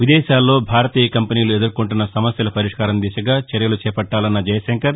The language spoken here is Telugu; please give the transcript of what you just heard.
విదేశాల్లో భారతీయ కంపెనీలు ఎదుర్కొంటున్న సమస్యల పరిష్కారం దిశగా చర్యలు చేపట్టాలన్న జయశంకర్